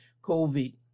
COVID